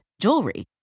jewelry